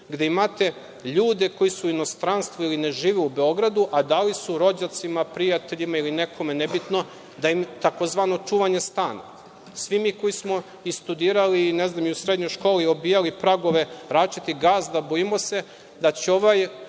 gde imate ljude koji su u inostranstvu ili ne žive u Beogradu, a dali su rođacima, prijateljima ili nekome, nebitno, tzv. čuvanje stana. Svi mi koji smo i studirali i u srednjoj školi obijali pragove različitih gazda bojimo se da će ovaj